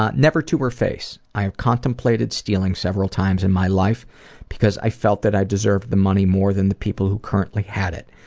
ah never to her face. i contemplated stealing several times in my life because i felt that i deserved the money more than the people who currently had it.